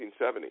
1970